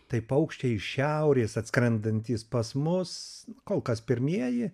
tai paukščiai iš šiaurės atskrendantys pas mus kol kas pirmieji